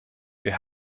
wir